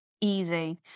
easy